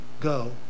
go